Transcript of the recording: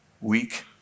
weak